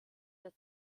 der